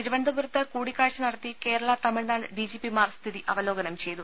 തിരുവനന്തപുരത്ത് കൂടിക്കാഴ്ച നടത്തി Kerala Tamil Nadu D G പിമാർ സ്ഥിതി അവലോകനം ചെയ്തു